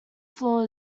floor